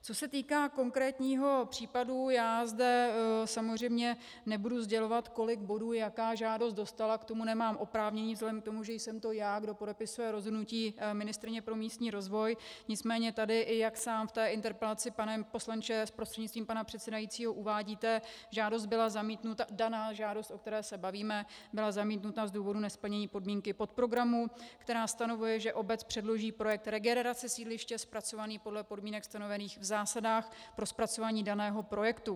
Co se týká konkrétního případu, já zde samozřejmě nebudu sdělovat, kolik bodů jaká žádost dostala, k tomu nemám oprávnění vzhledem k tomu, že jsem to já, kdo podepisuje rozhodnutí ministryně pro místní rozvoj, nicméně tady, i jak sám v té interpelaci, pane poslanče prostřednictvím pana předsedajícího, uvádíte, žádost byla zamítnuta, daná žádost, o které se bavíme, byla zamítnuta z důvodu nesplnění podmínky podprogramu, která stanovuje, že obec předloží projekt regenerace sídliště zpracovaný podle podmínek stanovených v zásadách pro zpracování daného projektu.